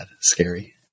Scary